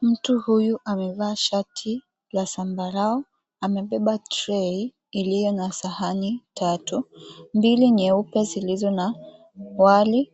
Mtu huyu amevaa shati la zambarau amebeba trei iliyo na sahani tatu, mbili nyeupe zilizo na wali